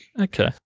okay